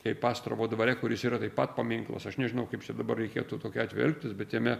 kaip astravo dvare kuris yra taip pat paminklas aš nežinau kaip čia dabar reikėtų tokiu atveju elgtis bet jame